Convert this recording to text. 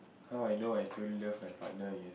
how I know I don't love my partner you